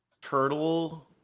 turtle